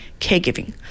caregiving